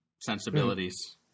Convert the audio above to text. sensibilities